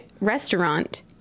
restaurant